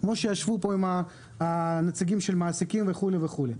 כמו שישבו פה עם הנציגים של המעסיקים וכו' וכו'.